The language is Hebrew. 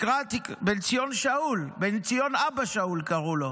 --- בן ציון שאול, בן ציון אבא שאול, קראו לו.